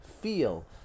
feel